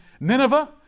Nineveh